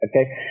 Okay